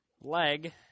leg